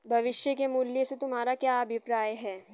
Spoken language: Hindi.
भविष्य के मूल्य से तुम्हारा क्या अभिप्राय है?